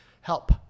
help